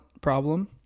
problem